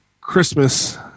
Christmas